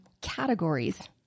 categories